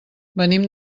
venim